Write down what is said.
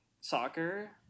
Soccer